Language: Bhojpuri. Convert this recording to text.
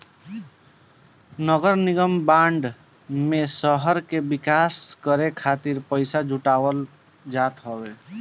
नगरनिगम बांड में शहर के विकास करे खातिर पईसा जुटावल जात हवे